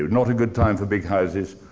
not a good time for big houses.